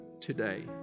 today